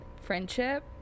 friendship